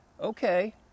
Okay